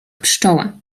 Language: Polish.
pszczoła